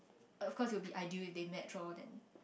of course it will be ideal if they match loh then